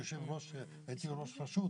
הייתי ראש רשות,